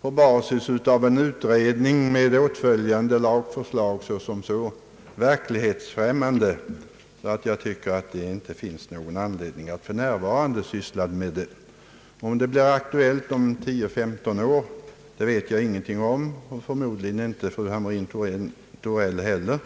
på basis av en utredning med åtföljande lagförslag som så verklighetsfrämmande att jag inte anser att det för närvarande finns anledning att syssla med den. Om frågan kan bli aktuell om 10—15 år vet jag inte någonting om, och det gör förmodligen inte fru Hamrin-Thorell heller.